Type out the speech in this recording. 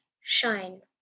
shine